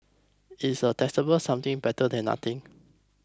is a taxable something better than nothing